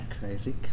Crazy